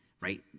right